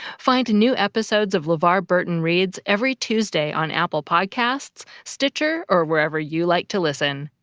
find new episodes of levar burton reads every tuesday on apple podcasts, stitcher or wherever you like to listen.